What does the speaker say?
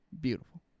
beautiful